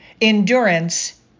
endurance